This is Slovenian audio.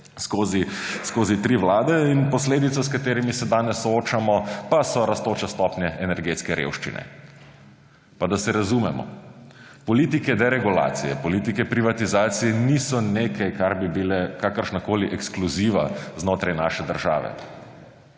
skozi tri vlade. In posledice, s katerimi se danes soočajo, pa so rastoče stopnje energetske revščine. Da se razumemo, politike deregulacije, politike privatizacije niso nekaj, kar bi bila kakršnakoli ekskluziva znotraj naše države.